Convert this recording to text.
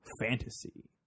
fantasy